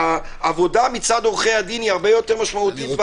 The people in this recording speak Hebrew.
העבודה מצד עורכי הדין היא הרבה יותר משמעותית.